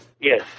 Yes